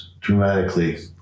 dramatically